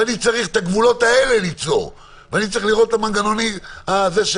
אני צריך את הגבולות האלה ליצור ואני צריך לראות את המנגנונים שלהם.